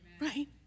right